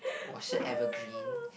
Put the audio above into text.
我是 evergreen